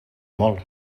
molt